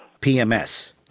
PMS